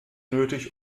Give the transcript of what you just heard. nötig